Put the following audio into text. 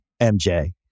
MJ